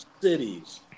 cities